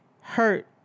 hurt